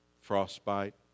Frostbite